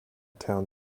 town